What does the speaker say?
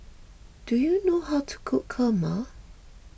do you know how to cook Kurma